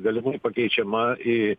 galimai pakeičiama į